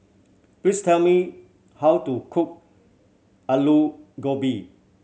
please tell me how to cook Aloo Gobi